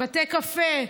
בתי קפה,